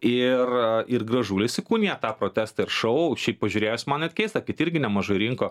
ir ir gražulis įkūnija tą protestą ir šou šiaip pažiūrėjęs man net keista kad irgi nemažai rinko